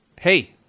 Hey